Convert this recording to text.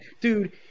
dude